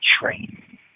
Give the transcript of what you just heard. train